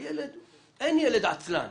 אין ילד עצלן,